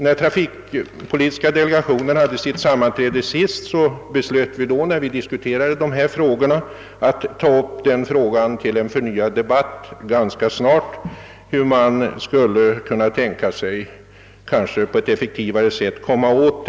Vid trafikpolitiska delegationens senaste sammanträde beslöt vi att ta upp denna fråga ganska snart till förnyad debatt och se hur vi på ett effektivt sätt skall kunna lösa problemet.